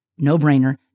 no-brainer